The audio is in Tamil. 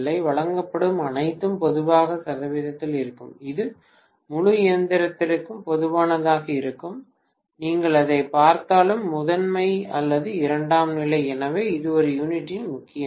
வழங்கப்படும் அனைத்தும் பொதுவாக சதவீதத்தில் இருக்கும் இது முழு எந்திரத்திற்கும் பொதுவானதாக இருக்கும் நீங்கள் அதைப் பார்த்தாலும் முதன்மை அல்லது இரண்டாம் நிலை எனவே இது ஒரு யூனிட்டின் முக்கிய நன்மை